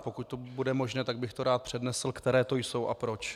Pokud to bude možné, tak bych rád přednesl, které to jsou a proč.